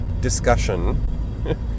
discussion